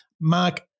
Mark